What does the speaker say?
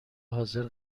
حاضر